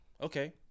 Okay